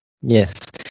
Yes